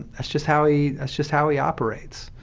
that's just how he that's just how he operates.